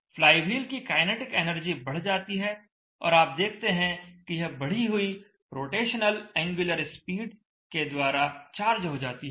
flywheel की kinetic energy बढ़ जाती है और आप देखते हैं के यह बढ़ी हुई रोटेशनल एंगुलर स्पीड के द्वारा चार्ज हो जाती है